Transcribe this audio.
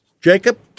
Jacob